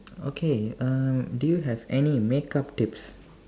okay uh do you have any makeup tips